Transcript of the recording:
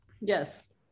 Yes